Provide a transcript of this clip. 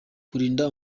kurinda